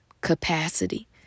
capacity